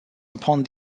upon